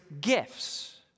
gifts